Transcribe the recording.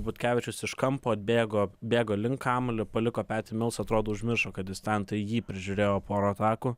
butkevičius iš kampo atbėgo bėgo link kamuolio paliko petį milsą atrodo užmiršo kad jis ten tai jį prižiūrėjo porą atakų